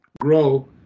grow